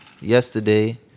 yesterday